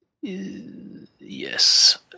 Yes